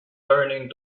learning